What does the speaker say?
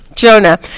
Jonah